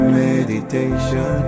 meditation